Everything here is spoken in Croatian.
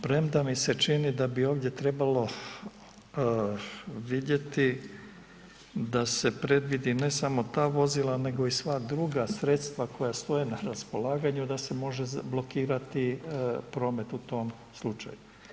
Premda mi se čini da i ovdje trebalo vidjeti da se predvidi ne samo ta vozila nego i sva druga sredstva koja stoje na raspolaganju da se može blokirati promet u tom slučaju.